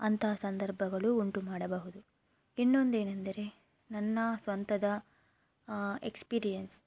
ಅಂತಹ ಸಂದರ್ಭಗಳು ಉಂಟು ಮಾಡಬಹುದು ಇನ್ನೊಂದೇನೆಂದರೆ ನನ್ನ ಸ್ವಂತದ ಎಕ್ಸ್ಪೀರಿಯನ್ಸ್